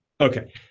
Okay